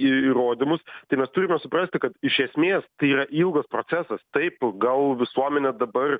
įrodymus tai mes turime suprasti kad iš esmės tai yra ilgas procesas taip gal visuomenė dabar